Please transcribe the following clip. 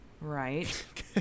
Right